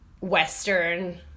Western